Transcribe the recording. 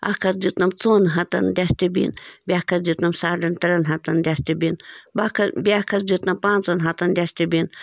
اَکھ حظ دیُتنم ژوٚن ہَتن ڈشٹہٕ بِن بیٚاکھ حظ دیُتنم ساڈن ترٛین ہَتن ڈشٹہٕ بِن باکھ بیٛاکھ حظ دیُتنم پانٛژن ہَتن ڈشٹہٕ بِن